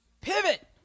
Pivot